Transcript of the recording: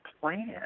plan